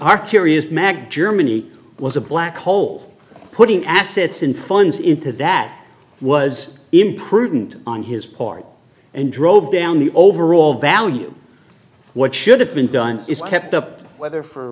arterials mag germany was a black hole putting assets in funds into that was imprudent on his part and drove down the overall value what should have been done is kept up whether for